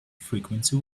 frequency